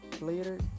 later